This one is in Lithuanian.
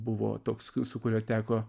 buvo toks su kuriuo teko